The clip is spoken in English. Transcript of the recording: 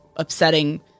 upsetting